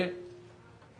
הצעות